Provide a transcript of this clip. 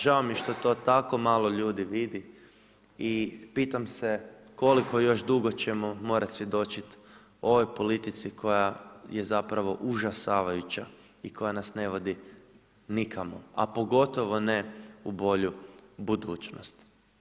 Žao mi je što to tako malo ljudi vidi i pitam se koliko još dugo ćemo morati svjedočiti o ovoj politici koja je zapravo užasavajuća i koja nas ne vodi nikamo, a pogotovo ne u bolju budućnost.